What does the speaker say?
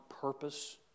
purpose